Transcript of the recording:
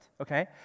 okay